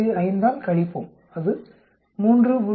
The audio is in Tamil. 5 ஆல் கழிப்போம் அது 3